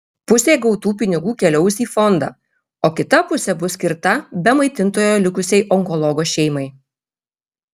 pusė gautų pinigų keliaus į fondą o kita pusė bus skirta be maitintojo likusiai onkologo šeimai